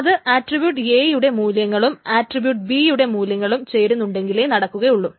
അത് attribute A യുടെ മൂല്യങ്ങളും ആട്രിബ്യൂട്ട് B യുടെ മൂല്യങ്ങളും ചേരുന്നുണ്ടെങ്കിലേ നടക്കുകയുള്ളു